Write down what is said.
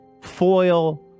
foil